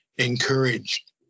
encouraged